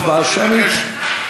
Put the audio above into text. הצבעה שמית.